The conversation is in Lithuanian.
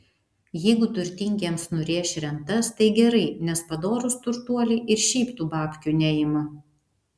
jeigu turtingiems nurėš rentas tai gerai nes padorūs turtuoliai ir šiaip tų babkių neima